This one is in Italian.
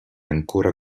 ancora